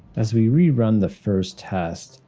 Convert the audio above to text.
as we rerun the first test,